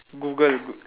google goo~